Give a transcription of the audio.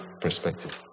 perspective